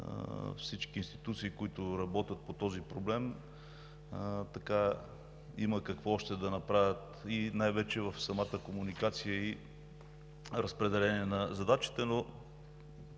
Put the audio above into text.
всички институции, които работят по този проблем, има какво още да направят и най-вече в самата комуникация и разпределение на задачите.